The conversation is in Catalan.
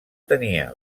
tenia